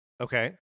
Okay